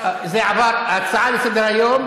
ההצעה לסדר-היום,